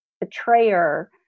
betrayer